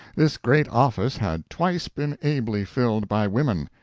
this great office had twice been ably filled by women,